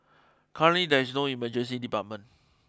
currently there is no emergency department